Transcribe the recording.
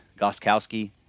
Goskowski